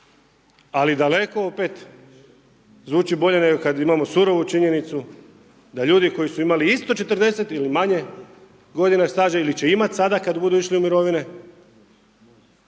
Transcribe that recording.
Ali daleko opet zvuči bolje nego kad imamo surovu činjenicu da ljudi koji su imali isto 40 ili manje godina staža ili će imat sada kad budu išli u mirovine,